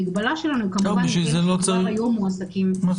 המגבלה שלנו כמובן היא שכבר היום מועסקים במערכת --- טוב.